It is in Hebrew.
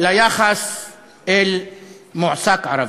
ליחס אל מועסק ערבי,